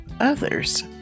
others